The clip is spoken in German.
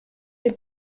den